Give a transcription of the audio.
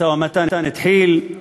משא-ומתן התחיל,